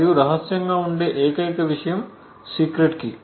మరియు రహస్యంగా ఉండే ఏకైక విషయం సీక్రెట్ కీ